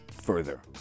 further